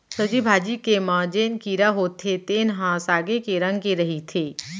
सब्जी भाजी के म जेन कीरा होथे तेन ह सागे के रंग के रहिथे